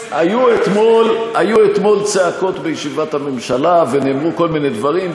היו אתמול צעקות בישיבת הממשלה ונאמרו כל מיני דברים,